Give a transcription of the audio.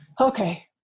Okay